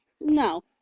No